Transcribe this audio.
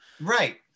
Right